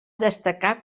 destacar